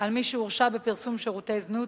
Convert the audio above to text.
על מי שהורשע בפרסום שירותי זנות.